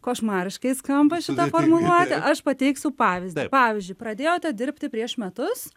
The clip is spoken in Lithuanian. košmariškai skamba šita formuluotė aš pateiksiu pavyzdį pavyzdžiui pradėjote dirbti prieš metus